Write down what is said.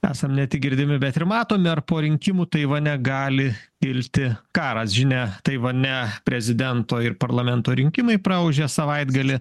esam ne tik girdimi bet ir matomi ar po rinkimų taivane gali kilti karas žinia taivane prezidento ir parlamento rinkimai praūžė savaitgalį